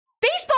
Baseball